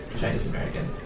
Chinese-American